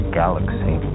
galaxy